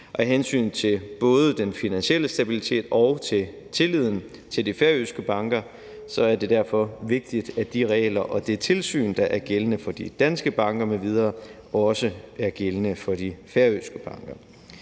Af hensyn til både den finansielle stabilitet og til tilliden til de færøske banker er det derfor vigtigt, at de regler og det tilsyn, der er gældende for de danske banker m.v., også er gældende for de færøske banker.